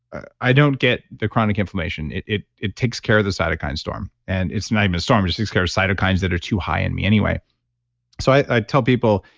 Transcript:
i don't get the chronic inflammation. it it takes care of the cytokine storm and it's not even a storm just takes care of cytokines that are too high in me anyway so i tell people,